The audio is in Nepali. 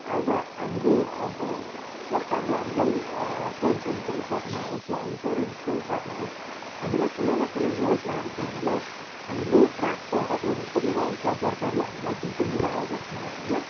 आज हामीले अब सरकारले हामीलाई पेन्सनको हिसाबमा होस् या इ्न्सोरेन्सको हिसाबमा होस् हामीलाई कुनै न कुनै योजनाहरू चाहिँ हामीलाई हामीले प्राप्तहरू गरी पनि रहेको छौँ सरकारले हामीलाई दिई पनि रहेको छ होइन